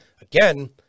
again